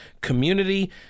community